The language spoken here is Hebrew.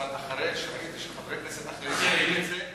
אבל אחרי שראיתי שחברי כנסת אחרים מעלים את זה,